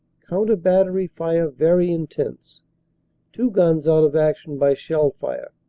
coun ter-battery fire very intense two guns out of action by shell fire.